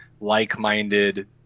like-minded